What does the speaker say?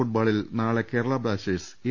ഫുട്ബോളിൽ നാളെ Kerala Blasters A